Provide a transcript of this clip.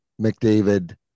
McDavid